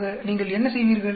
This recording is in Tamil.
ஆக நீங்கள் என்ன செய்வீர்கள்